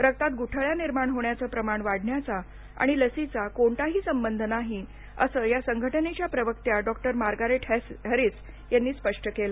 रक्तात ग्ठळ्या निर्माण होण्याचं प्रमाण वाढण्याचा आणि लशीचा कोणताही संबंध नाही असं या संघटनेच्या प्रवक्त्या डॉक्टर मार्गारेट हॅरीस यांनी स्पष्ट केलं